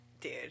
dude